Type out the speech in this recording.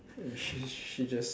she she just